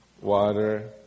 water